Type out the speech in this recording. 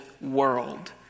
world